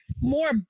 more